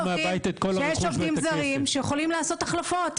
יש עובדים זרים שיכולים לעשות החלפות,